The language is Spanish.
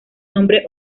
nombre